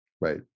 Right